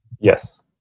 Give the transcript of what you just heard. Yes